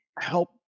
help